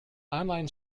online